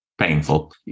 painful